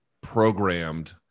programmed